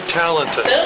talented